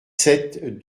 sept